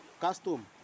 custom